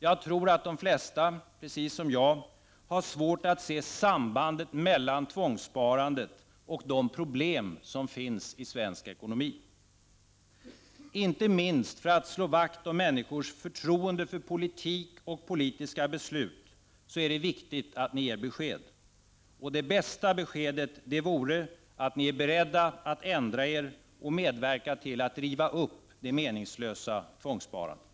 Jag tror att de flesta, precis som jag, har svårt att se sambandet mellan tvångssparandet och de problem som finns i svensk ekonomi. Inte minst för att slå vakt om människors förtroende för politik och politiska beslut är det viktigt att ni ger besked. Och det bästa beskedet vore att ni är beredda att ändra er och medverka till att riva upp det meningslösa tvångssparandet.